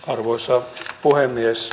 arvoisa puhemies